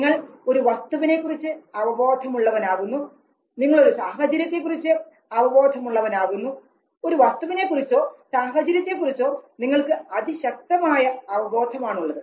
നിങ്ങൾ ഒരു വസ്തുവിനെക്കുറിച്ച് അവബോധം ഉള്ളവൻ ആകുന്നു നിങ്ങളൊരു സാഹചര്യത്തെ കുറിച്ച് അവബോധം ഉള്ളവൻ ആകുന്നു ഈ വസ്തുവിനെ കുറിച്ചോ സാഹചര്യത്തെക്കുറിച്ചോ നിങ്ങൾക്ക് അതിശക്തമായ അവബോധമാണുള്ളത്